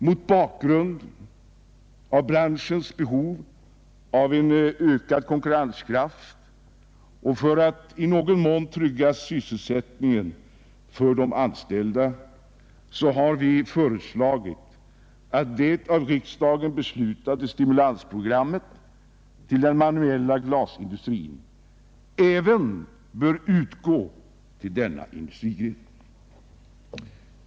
Mot bakgrund av branschens behov av en ökad konkurrenskraft, och för att i någon mån trygga sysselsättningen för de anställda, har vi föreslagit att det av riksdagen beslutade stimulansprogrammet för den manuella glasindustrin även skall omfatta denna industrigren.